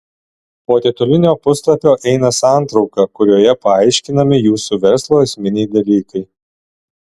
po titulinio puslapio eina santrauka kurioje paaiškinami jūsų verslo esminiai dalykai